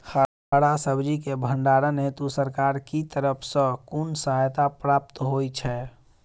हरा सब्जी केँ भण्डारण हेतु सरकार की तरफ सँ कुन सहायता प्राप्त होइ छै?